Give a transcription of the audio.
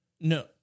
No